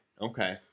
okay